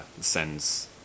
sends